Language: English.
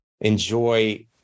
enjoy